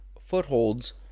footholds